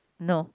no